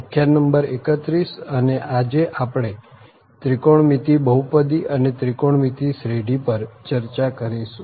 વ્યાખ્યાન નંબર 31 અને આજે આપણે ત્રિકોણમિતિ બહુપદી અને ત્રિકોણમિતિ શ્રેઢી પર ચર્ચા કરીશું